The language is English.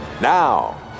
Now